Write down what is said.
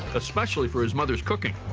especially for his mother's cooking.